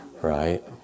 right